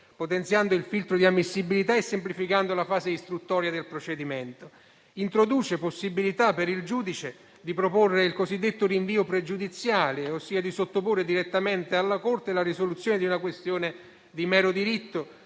potenziando il filtro di ammissibilità e semplificando la fase istruttoria del procedimento. Si introduce la possibilità per il giudice di proporre il cosiddetto rinvio pregiudiziale, ossia di sottoporre direttamente alla Corte la risoluzione di una questione di mero diritto